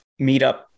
meetup